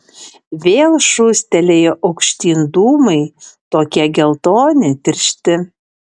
vėl šūstelėjo aukštyn dūmai tokie geltoni tiršti